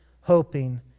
hoping